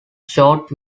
short